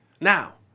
Now